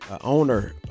owner